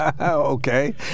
Okay